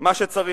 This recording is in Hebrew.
מה שצריך,